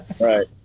Right